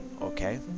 okay